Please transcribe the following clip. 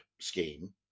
scheme